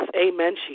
amen